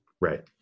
Right